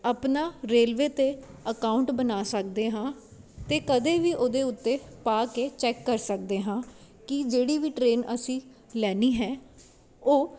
ਆਪਣਾ ਰੇਲਵੇ 'ਤੇ ਅਕਾਊਂਟ ਬਣਾ ਸਕਦੇ ਹਾਂ ਅਤੇ ਕਦੇ ਵੀ ਉਹਦੇ ਉੱਤੇ ਪਾ ਕੇ ਚੈੱਕ ਕਰ ਸਕਦੇ ਹਾਂ ਕਿ ਜਿਹੜੀ ਵੀ ਟ੍ਰੇਨ ਅਸੀਂ ਲੈਣੀ ਹੈ ਉਹ